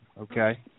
Okay